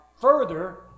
Further